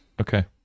Okay